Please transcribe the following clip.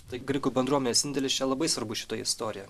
tai graikų bendruomenės indėlis čia labai svarbus šitoje istorijoje